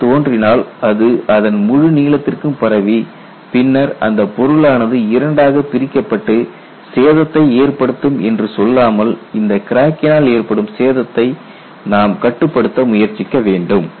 crack தோன்றினால் அது அதன் முழு நீளத்திற்கும் பரவி பின்னர் அந்த அந்தப் பொருள் ஆனது இரண்டாக பிரிக்கப்பட்டு சேதத்தை ஏற்படுத்தும் என்று சொல்லாமல் இந்த கிராக்கினால் ஏற்படும் சேதத்தை நாம் கட்டுப்படுத்த முயற்சிக்க வேண்டும்